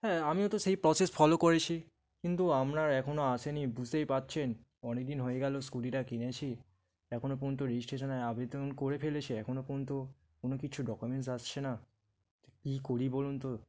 হ্যাঁ আমিও তো সেই প্রসেস ফলো করেছি কিন্তু আপনার এখনও আসেনি বুঝতেই পারছেন অনেক দিন হয়ে গেল স্কুটিটা কিনেছি এখনও পর্যন্ত রেজিস্ট্রেশনের আবেদন করে ফেলেছি এখনও পর্যন্ত কোনো কিছু ডকুমেন্টস আসছে না কী করি বলুন তো